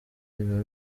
biba